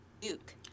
Duke